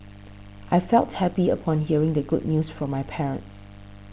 I felt happy upon hearing the good news from my parents